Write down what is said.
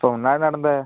இப்போது முன்னாடி நடந்த